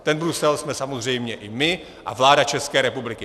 Ten Brusel jsme samozřejmě i my a vláda České republiky.